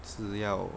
是要